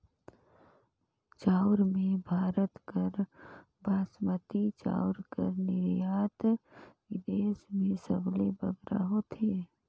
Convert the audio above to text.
चाँउर में भारत कर बासमती चाउर कर निरयात बिदेस में सबले बगरा होथे